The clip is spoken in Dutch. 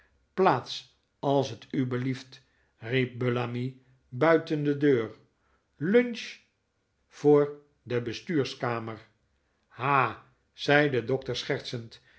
plaats als t u belieft riep bullamy buiten de deur lunch voor de bestuurskamer ha zei de dokter schertsend